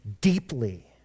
deeply